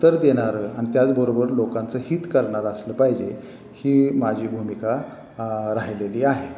उत्तर देणारं आणि त्याचबरोबर लोकांचं हित करणारं असलं पाहिजे ही माझी भूमिका राहिलेली आहे